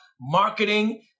marketing